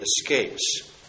escapes